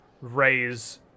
raise